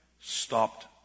stopped